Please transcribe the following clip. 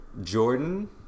Jordan